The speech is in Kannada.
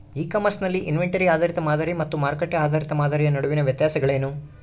ಇ ಕಾಮರ್ಸ್ ನಲ್ಲಿ ಇನ್ವೆಂಟರಿ ಆಧಾರಿತ ಮಾದರಿ ಮತ್ತು ಮಾರುಕಟ್ಟೆ ಆಧಾರಿತ ಮಾದರಿಯ ನಡುವಿನ ವ್ಯತ್ಯಾಸಗಳೇನು?